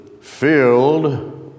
filled